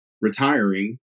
retiring